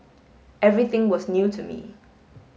everything was new to me